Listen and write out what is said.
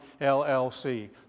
LLC